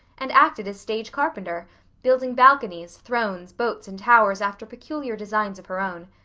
and acted as stage-carpenter building balconies, thrones, boats, and towers after peculiar designs of her own.